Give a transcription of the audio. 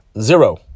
Zero